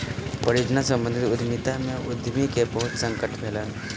परियोजना सम्बंधित उद्यमिता में उद्यमी के बहुत संकट भेलैन